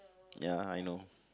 ya I know